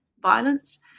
violence